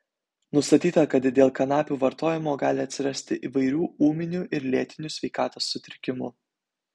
nustatyta kad dėl kanapių vartojimo gali atsirasti įvairių ūminių ir lėtinių sveikatos sutrikimų